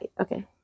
okay